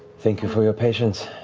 thank you for your patience,